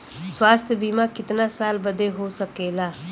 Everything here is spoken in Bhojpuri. स्वास्थ्य बीमा कितना साल बदे हो सकेला?